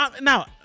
Now